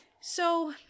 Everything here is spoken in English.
So-